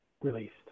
released